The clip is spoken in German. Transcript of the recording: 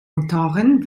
motoren